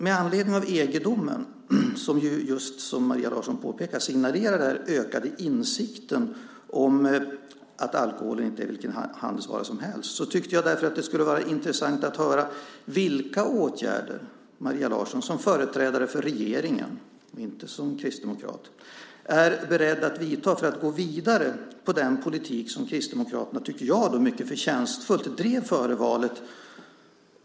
Med anledning av EG-domen som just, som Maria Larsson påpekar, signalerar den här ökade insikten om att alkoholen inte är vilken handelsvara som helst tycker jag att det skulle vara intressant att höra vilka åtgärder Maria Larsson, som företrädare för regeringen, inte som kristdemokrat, är beredd att vidta för att gå vidare med den politik som Kristdemokraterna, tycker jag, mycket förtjänstfullt drev före valet.